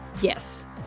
Yes